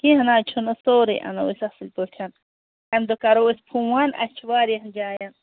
کیٚنٛہہ نہ حظ چھُنہٕ سورُے اَنو أسۍ اَصٕل پٲٹھۍ اَمہِ دۄہ کَرو أسۍ فون اَسہِ چھُ واریاہن جاین